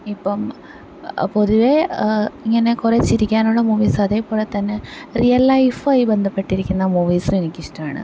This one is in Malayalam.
ഇപ്പം പൊതുവെ ഇങ്ങനെ കുറെ ചിരിക്കാനുള്ള മൂവീസ് അതേപോലെ തന്നെ റിയൽ ലൈഫായി ബന്ധപ്പെട്ടിരിക്കുന്ന മൂവീസ് എനിക്കിഷ്ടമാണ്